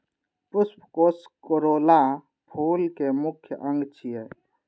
पुष्पकोष कोरोला फूल के मुख्य अंग छियै